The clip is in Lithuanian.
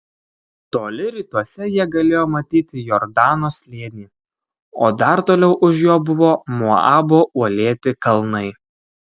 toli rytuose jie galėjo matyti jordano slėnį o dar toliau už jo buvo moabo uolėti kalnai